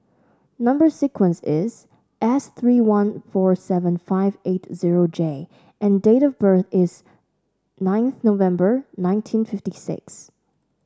number sequence is S three one four seven five eight zero J and date of birth is nineth November nineteen fifty six